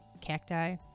cacti